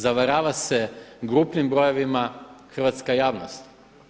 Zavarava se grupnim brojevima hrvatska javnost.